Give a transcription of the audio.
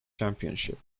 championship